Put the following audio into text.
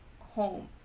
home